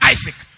Isaac